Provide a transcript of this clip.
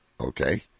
Okay